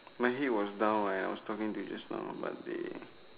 my head was down right I was talking to you just now but they